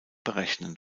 berechnen